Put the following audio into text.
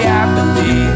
apathy